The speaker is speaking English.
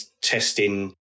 testing